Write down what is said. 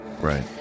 Right